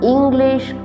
English